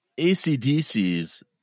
ACDC's